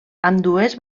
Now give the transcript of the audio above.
ambdues